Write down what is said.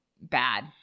bad